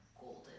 golden